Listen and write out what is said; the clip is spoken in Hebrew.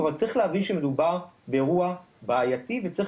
אבל צריך להבין שמדובר באירוע בעייתי וצריך